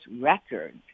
records